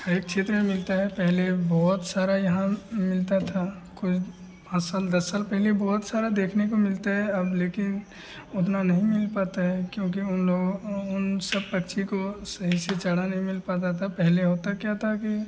हर एक क्षेत्र में मिलते हैं पहले बहुत सारा यहाँ मिलता था कुछ पाँच साल दस साल पहले बहुत सारा देखने को मिलते थे अब लेकिन उतना नहीं मिल पाता है क्योंकि उन लोगों को उन सब पक्षी को सही से चारा नहीं मिल पाता था पहले होता क्या था कि